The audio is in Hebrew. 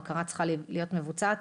בקרה צריכה להיות מבוצעת.